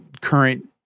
current